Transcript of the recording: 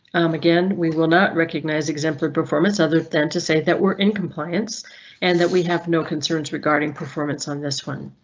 again, we will not recognize exemplary performance other than to say that we're in compliance and that we have no concerns regarding performance on this one.